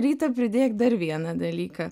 rytą pridėk dar vieną dalyką